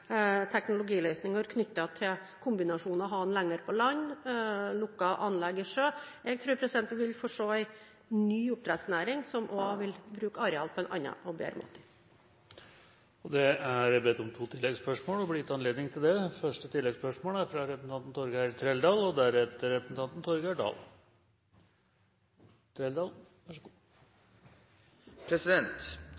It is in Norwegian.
teknologiløsninger knyttet til kombinasjoner av å ha det lenger inne på land og lukkede anlegg i sjø. Jeg tror vi vil få se en ny oppdrettsnæring som også vil bruke areal på en annen og bedre måte. Det blir gitt anledning til to oppfølgingsspørsmål – først Torgeir Trældal. I mange kommuner rundt om i det